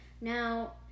Now